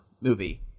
movie